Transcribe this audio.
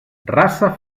raça